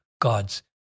God's